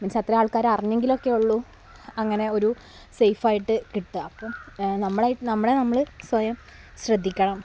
means അത്രയും ആൾക്കാരെ അറിഞ്ഞെങ്കിലൊക്കെ ഉള്ളു അങ്ങനെ ഒരു സേഫ് ആയിട്ട് കിട്ടുക അപ്പോൾ നമ്മളായിട്ട് നമ്മൾ സ്വയം ശ്രദ്ധിക്കണം